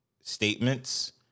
statements